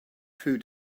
food